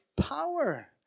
power